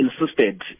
insisted